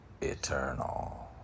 eternal